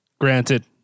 granted